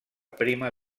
prima